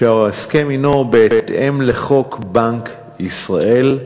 ההסכם הנו: בהתאם לחוק בנק ישראל,